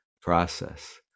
process